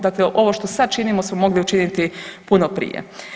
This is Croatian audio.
Dakle, ovo što sad činimo smo mogli učiniti puno prije.